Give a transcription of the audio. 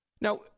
Now